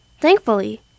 Thankfully